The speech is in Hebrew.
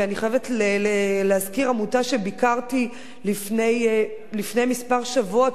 ואני חייבת להזכיר עמותה שביקרתי לפני כמה שבועות,